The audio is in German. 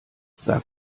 sag